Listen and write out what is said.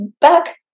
back